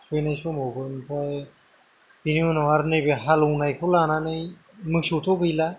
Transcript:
खुबैनाय समावबो आमफ्राय बिनि उनाव आर नैबे हालौनायखौ लानानै मोसौथ' गैला